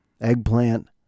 eggplant